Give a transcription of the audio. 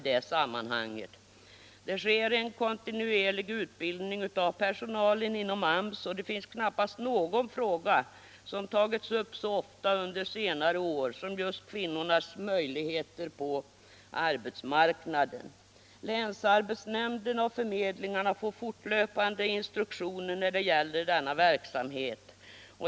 Det sker en kontinuerlig utbildning av personalen inom AMS och det finns knappast någon fråga som tagits upp så ofta under senare år som just kvinnornas möjligheter på arbetsmarknaden. Länsarbetsnämnderna och förmedlingarna får fortlöpande instruktioner när det gäller denna verksamhet.